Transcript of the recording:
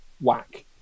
whack